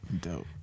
Dope